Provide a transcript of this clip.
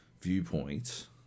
viewpoint